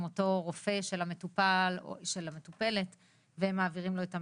אותו הרופא של המטופלת והם מעבירים לו את המידע.